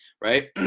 right